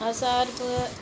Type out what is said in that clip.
अस हर कुदै